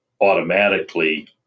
automatically